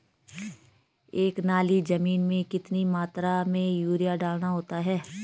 एक नाली जमीन में कितनी मात्रा में यूरिया डालना होता है?